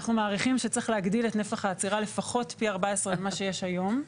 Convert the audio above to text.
אנחנו מעריכים שצריך להגדיל את נפח העצירה לפחות פי 14 ממה שיש היום.